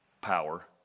power